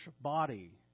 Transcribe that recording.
body